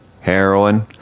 heroin